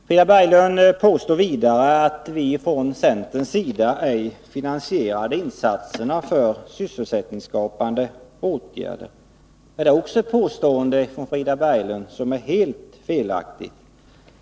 Frida Berglund påstår att vi från centerns sida ej finansierade insatserna för sysselsättningsskapande åtgärder. Också det är ett helt felaktigt påstående från Frida Berglund.